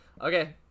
Okay